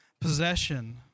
possession